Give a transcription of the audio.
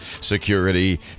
security